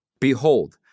Behold